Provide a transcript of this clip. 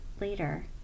later